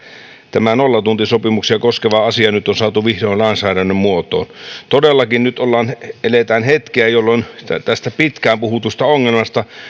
tämä nollatuntisopimuksia koskeva asia nyt on saatu vihdoin lainsäädännön muotoon todellakin nyt eletään hetkiä jolloin tästä pitkään puhutusta ongelmasta